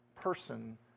person